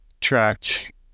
track